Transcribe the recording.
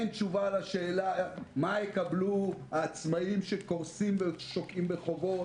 אין תשובה על השאלה מה יקבלו העצמאים שקורסים ושוקעים בחובות,